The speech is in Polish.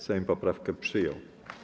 Sejm poprawkę przyjął.